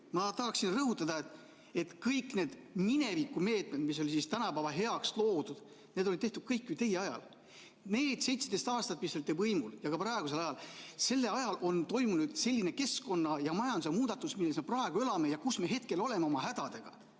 ma tahaksin rõhutada, et kõik need minevikumeetmed, mis olid tänapäeva heaks loodud, on tehtud ju kõik teie ajal. Need 17 aastat, mis te olite võimul, ja ka praegusel ajal – sellel ajal on toimunud selline keskkonna ja majanduse muudatus, milles me praegu elame ja kus me hetkel oleme oma hädadega.